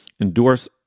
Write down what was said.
endorse